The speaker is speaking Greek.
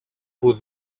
που